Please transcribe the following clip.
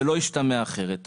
שלא ישתמע אחרת.